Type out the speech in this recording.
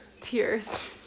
Tears